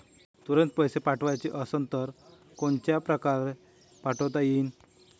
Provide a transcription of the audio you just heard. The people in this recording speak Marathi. तुरंत पैसे पाठवाचे असन तर कोनच्या परकारे पाठोता येईन?